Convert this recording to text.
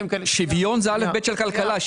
שוויון זה א'-ב' של כלכלה.